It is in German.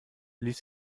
ließ